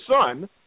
son